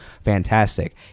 Fantastic